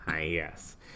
Yes